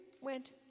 went